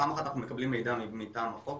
פעם אחת אנחנו מקבלים מידע מטעם החוק,